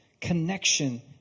connection